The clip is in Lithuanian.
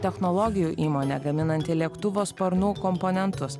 technologijų įmonė gaminanti lėktuvo sparnų komponentus